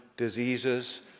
diseases